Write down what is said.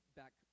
back